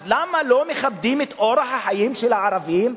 אז למה לא מכבדים את אורח החיים של הערבים,